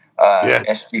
yes